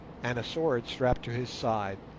and a sword strapped to his side,